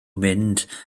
mynd